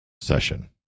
session